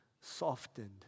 softened